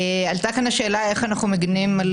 עלתה כאן השאלה איך אנחנו מגינים על